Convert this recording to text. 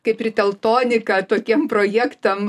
kaip ir teltonika tokiem projektam